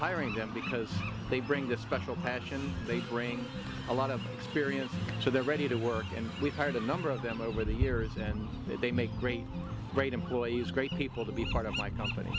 hiring them because they bring the special passion they bring a lot of experience so they're ready to work and we've heard a number of them over the years and they make great great employees great people to be part of my company